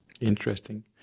Interesting